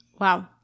Wow